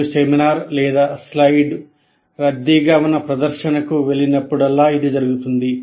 మీరు సెమినార్ లేదా స్లైడ్లు రద్దీగా ఉన్న ప్రదర్శనకు వెళ్ళినప్పుడల్లా ఇది జరుగుతుంది